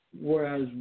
Whereas